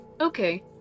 Okay